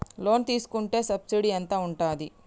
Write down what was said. Loan తీసుకుంటే subsidy ఎంత ఉంటది?